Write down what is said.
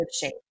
shape